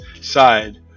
side